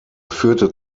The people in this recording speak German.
führte